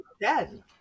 dead